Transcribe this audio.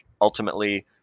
ultimately